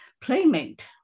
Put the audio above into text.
playmate